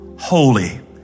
holy